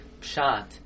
pshat